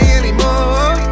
anymore